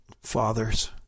fathers